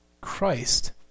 Christ